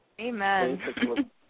Amen